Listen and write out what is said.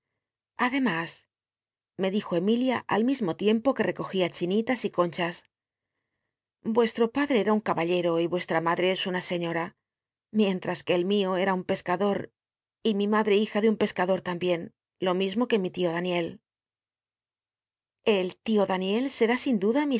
ademas me dijo emilia al mismo tiempo que c ca un recogía chinitas y conchas vuestro padre era un caballero y yueslla made es una señora mientras que el mio ea un nesc ldor y mi madre hija de un pesc ldoi t mbien lo mismo que mi tio daniel el tio daniel será sin duda